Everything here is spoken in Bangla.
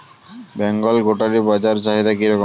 বেঙ্গল গোটারি বাজার চাহিদা কি রকম?